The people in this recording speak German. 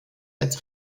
als